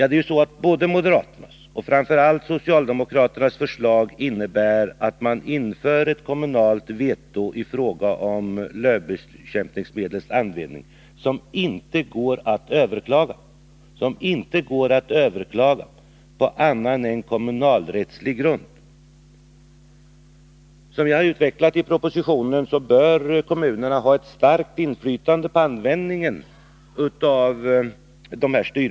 Det är så, att moderaternas och framför allt socialdemokraternas förslag innebär att man inför ett kommunalt veto i fråga om användning av bekämpningsmedel mot lövsly, som inte går att överklaga på annan än kommunalrättslig grund. Som jag utvecklat i propositionen bör kommunerna ha ett starkt inflytande.